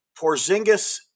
Porzingis